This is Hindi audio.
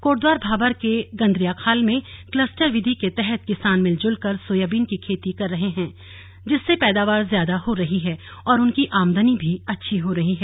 कोटद्वार भाबर के गंदरियाखाल में क्लस्टर विधि के तहत किसान मिलजुलकर सोयाबीन की खेती कर रहे हैं जिससे पैदावार ज्यादा हो रही है और उनकी आमदनी भी अच्छी हो रही है